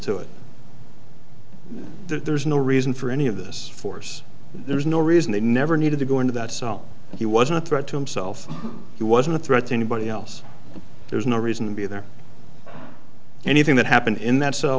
to it there's no reason for any of this force there's no reason they never needed to go into that cell and he wasn't a threat to himself he wasn't a threat to anybody else there's no reason to be there anything that happened in that